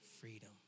Freedom